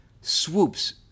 swoops